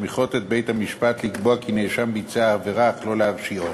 מסמיכים את בית-המשפט לקבוע כי נאשם ביצע עבירה אך לא להרשיעו.